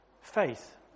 faith